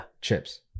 Chips